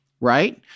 right